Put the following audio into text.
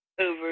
over